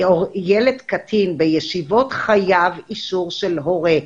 ילד קטין בישיבות חייב אישור של הורה.